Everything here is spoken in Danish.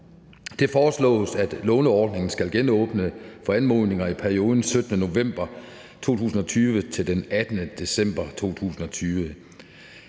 Det foreslås, at låneordningen skal genåbne for anmodninger i perioden den 17. november 2020 til den 18. december 2020.